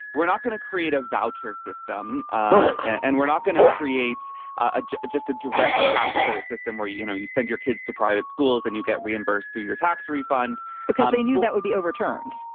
we're not going to create a voucher system and we're not going to create just a direct tax credit system where, you know, you send your kids to private schools and you get reimbursed through your tax refund because they knew that would be overturned.